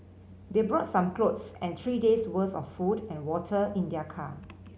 they brought some clothes and three days worth of food and water in their car